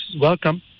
welcome